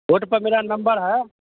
board पर मेरा number है